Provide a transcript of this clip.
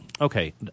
okay